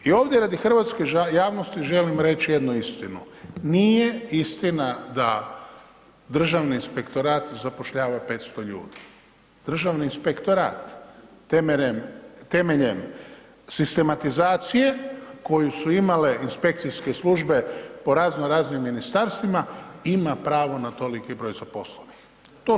I ovdje radi hrvatske javnosti želim reći jednu istinu, nije istina da Državni inspektorat zapošljava 500 ljudi, Državni inspektorat temeljem sistematizacije koju su imale inspekcijske službe po razno raznim ministarstvima ima pravo na toliki broj zaposlenih.